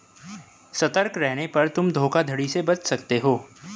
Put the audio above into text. सतर्क रहने पर तुम धोखाधड़ी से बच सकते हो